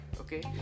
okay